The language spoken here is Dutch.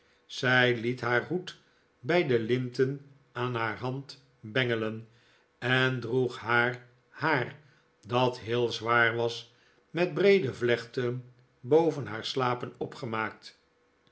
zij het haar hoed bij de linten aan haar hand bengelen en droeg haar haar dat heel zwaar was met breede vlechten boven haar slapen opgemaakt